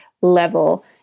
level